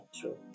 true